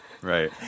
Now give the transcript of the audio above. Right